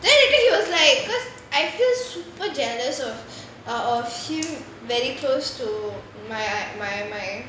then later he was like because I feel super jealous of uh of him very close to my my my